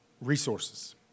resources